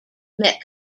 met